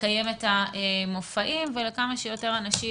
לקיים את המופעים ולכמה שיותר אנשים